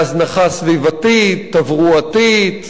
להזנחה סביבתית, תברואתית,